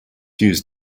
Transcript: use